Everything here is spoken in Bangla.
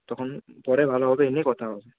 তখন পরে ভালোভাবে এই নিয়ে কথা হবে